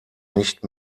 nicht